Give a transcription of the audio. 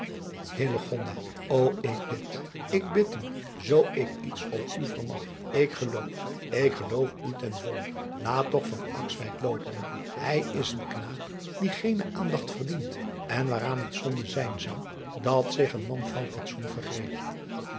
o k bid ik bid u zoo ik iets op u vermag ik geloof ik geloof u ten volle laat toch loopen ij is een knaap die geene aandacht verdient en waaraan het zonde zijn zou dat zich een man van fatsoen vergreep